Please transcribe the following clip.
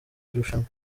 irushanwa